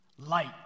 light